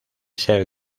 ser